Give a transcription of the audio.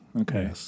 okay